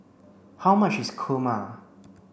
how much is Kurma